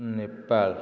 Nepal